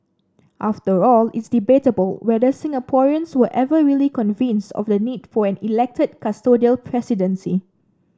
after all it's debatable whether Singaporeans were ever really convinced of the need for an elected custodial presidency